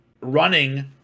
running